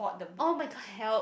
oh-my-god help